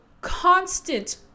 constant